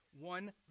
One